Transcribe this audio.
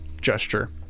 gesture